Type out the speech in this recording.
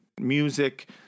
music